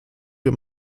wir